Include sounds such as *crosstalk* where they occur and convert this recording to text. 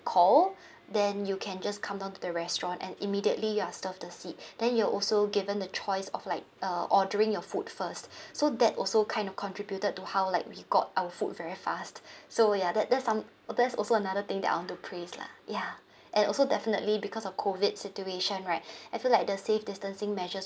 call then you can just come down to the restaurant and immediately you are served the seat then you're also given the choice of like err ordering your food first *breath* so that also kind of contributed to how like we got our food very fast *breath* so ya that that some that's also another thing I want to praise lah ya and also definitely because of COVID situation right *breath* I feel like the safe distancing measures